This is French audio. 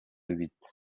huit